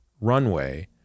runway